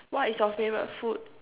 what is your favourite food